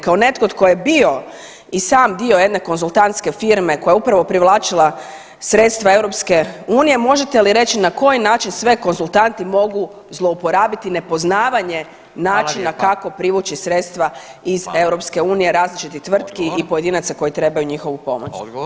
Kao netko tko je bio i sam dio jedne konzultantske firme koja je upravo privlačila sredstva EU možete li reći na koji način sve konzultanti mogu zlouporabiti nepoznavanje načina kako privući sredstava iz EU različitih tvrtki i pojedinaca koji trebaju njihovu pomoć?